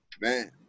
man